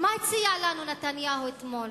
מה הציע לנו נתניהו אתמול?